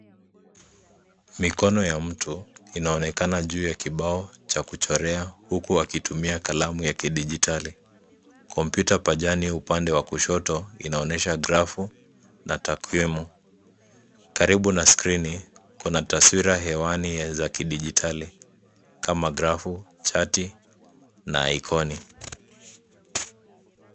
Mikono ya mtu inaonekana juu ya kibao cha kuchorea, huku akitumia kalamu ya kidigitari. Kompyuta pajani upande wa kushoto, inaonyesha graph na takwimu .Karibu na skrini, kuna taswira hewani ya kidijitari kama grafu, chati na ikoni.